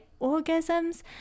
orgasms